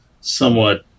somewhat